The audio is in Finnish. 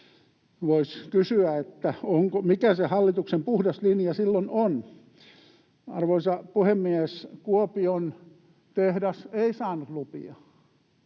Voisi kysyä, mikä se hallituksen puhdas linja silloin on. Arvoisa puhemies! Kuopion tehdas ei saanut lupia.